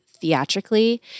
Theatrically